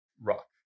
rock